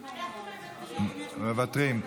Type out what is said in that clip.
אנחנו מוותרים.